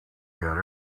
got